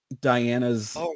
Diana's